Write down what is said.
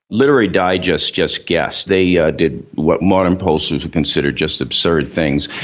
literary digest just guessed, they yeah did what modern pollsters would consider just absurd things.